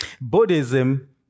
Buddhism